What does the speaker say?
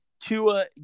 Tua